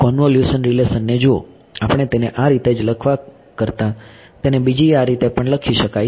convolution relation ને જુઓ આપણે તેને આ રીતે જ લખવા કરતા તેને બીજી આ રીતે પણ લખી શકાય છે